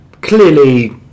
Clearly